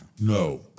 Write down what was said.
No